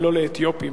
ולא לאתיופים.